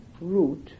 root